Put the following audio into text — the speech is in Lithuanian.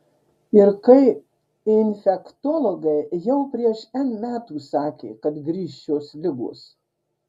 ir kai infektologai jau prieš n metų sakė kad grįš šios ligos